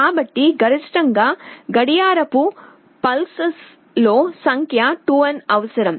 కాబట్టి గరిష్టంగా గడియారపు పల్స్ ల సంఖ్య 2n అవసరం